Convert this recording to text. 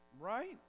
right